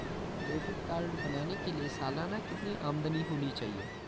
Credit card बनाने के लिए सालाना कितनी आमदनी होनी चाहिए?